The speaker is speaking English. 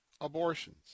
abortions